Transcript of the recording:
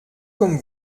comme